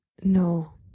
No